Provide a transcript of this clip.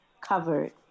covered